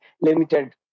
limited